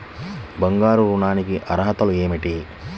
బంగారు ఋణం కి అర్హతలు ఏమిటీ?